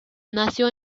nació